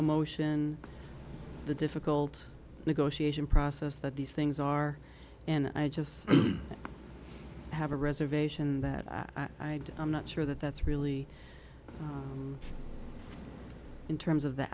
a motion the difficult negotiation process that these things are and i just have a reservation that i i'm not sure that that's really in terms of the